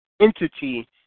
entity